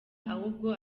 ahubwo